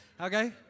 Okay